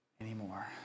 anymore